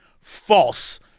false